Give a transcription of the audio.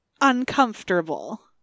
uncomfortable